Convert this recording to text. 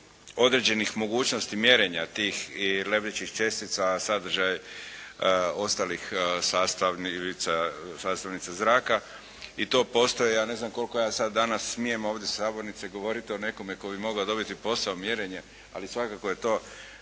određenih mogućnosti mjerenja tih lebdećih čestica, sadržaj ostalih sastavnica zraka i to postoji, ja ne znam koliko ja sad danas smijem ovdje u sabornici govoriti o nekome tko bi mogao dobiti posao mjerenja, ali svakako je to